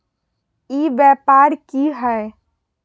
ई व्यापार की हाय?